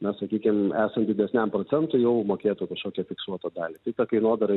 na sakykim esant didesniam procentui jau mokėtų kažkokią fiksuotą dalį tai ta kainodara